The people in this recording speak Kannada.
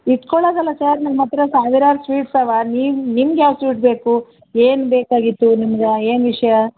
ಇಟ್ಕೊಳ್ಳೋದಲ್ಲ ಸರ್ ನಮ್ಮ ಹತ್ರ ಸಾವಿರಾರು ಸ್ವೀಟ್ಸ್ ಅವಾ ನೀವು ನಿಮ್ಗೆ ಯಾವ ಸ್ವೀಟ್ ಬೇಕು ಏನು ಬೇಕಾಗಿತ್ತು ನಿಮ್ಗೆ ಏನು ವಿಷಯ